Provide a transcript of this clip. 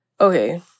okay